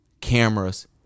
cameras